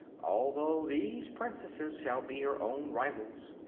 although these princesses shall be her own rivals.